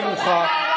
כלשונה וכרוחה,